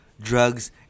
drugs